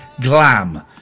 glam